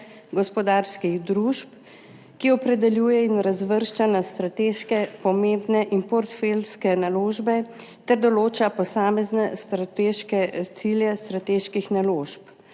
gospodarskih družb, ki opredeljuje in razvršča na strateške, pomembne in portfeljske naložbe ter določa posamezne strateške cilje strateških naložb.